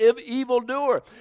evildoer